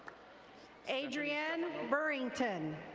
adrienne burrington.